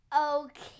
Okay